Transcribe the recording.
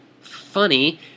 Funny